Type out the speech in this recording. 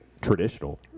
traditional